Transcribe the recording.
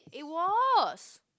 it was